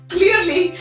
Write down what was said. Clearly